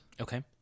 Okay